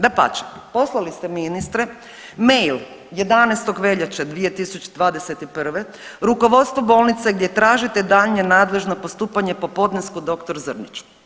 Dapače, poslali ste ministre mail 11. veljače 2021., rukovodstvu bolnice gdje tražite daljnje nadležno postupanje po podnesku g. Zrnić.